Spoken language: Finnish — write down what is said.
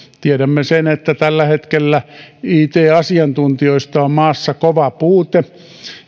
tiedämme sen että tällä hetkellä it asiantuntijoista on maassa kova puute